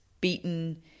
beaten